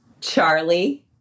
Charlie